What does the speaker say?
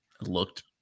looked